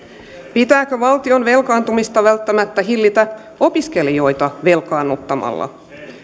pitääkö valtion velkaantumista välttämättä hillitä opiskelijoita velkaannuttamalla